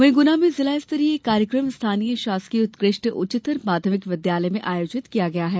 वहीं गुना में जिला स्तरीय कार्यक्रम स्थानीय शासकीय उत्कृष्ट उच्चतर माध्यमिक विद्यालय में आयोजित किया गया है